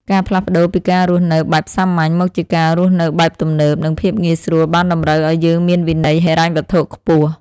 ការផ្លាស់ប្តូរពីការរស់នៅបែបសាមញ្ញមកជាការរស់នៅបែបទំនើប និងភាពងាយស្រួលបានតម្រូវឱ្យយើងមានវិន័យហិរញ្ញវត្ថុខ្ពស់។